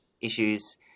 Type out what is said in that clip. issues